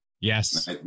Yes